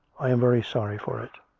i am very sorry for it.